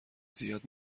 زیاد